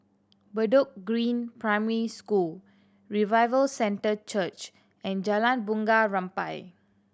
Bedok Green Primary School Revival Centre Church and Jalan Bunga Rampai